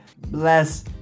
bless